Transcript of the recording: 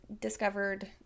discovered